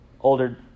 older